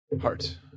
Heart